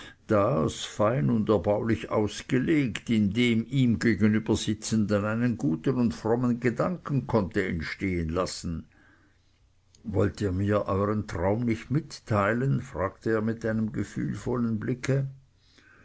das fein und erbaulich ausgelegt in dem ihm gegenüber sitzenden einen guten und frommen gedanken konnte entstehen lassen wollt ihr mir euern traum nicht mitteilen fragte er mit einem gefühlvollen blicke